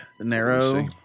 narrow